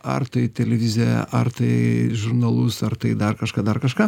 ar tai televiziją ar tai žurnalus ar tai dar kažką dar kažką